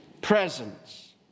Presence